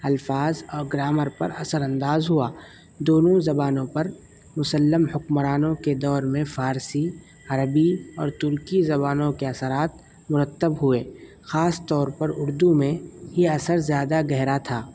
الفاظ اور گرامر پر اثرانداز ہوا دونوں زبانوں پر مسلم حکمرانوں کے دور میں فارسی عربی اور ترکی زبانوں کے اثرات مرتب ہوئے خاص طور پر اردو میں یہ اثر زیادہ گہرا تھا